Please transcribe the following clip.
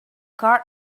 card